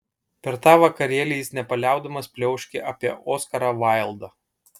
per tą vakarėlį jis nepaliaudamas pliauškė apie oskarą vaildą